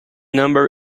number